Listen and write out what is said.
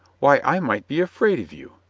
why, i might be afraid of you.